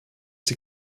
die